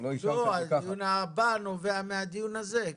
לא, הדיון הבא נובע מהדיון הזה.